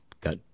got